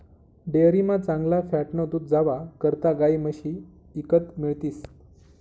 डेअरीमा चांगला फॅटनं दूध जावा करता गायी म्हशी ईकत मिळतीस